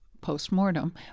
post-mortem